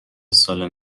سال